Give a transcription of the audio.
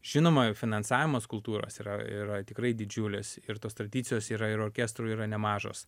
žinoma finansavimas kultūros yra yra tikrai didžiulis ir tos tradicijos yra ir orkestrų yra nemažos